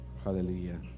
Hallelujah